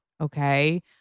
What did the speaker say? Okay